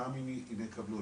גם אם הם יקבלו,